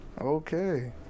okay